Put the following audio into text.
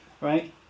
right